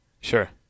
sure